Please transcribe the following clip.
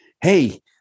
Hey